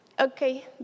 Okay